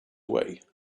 away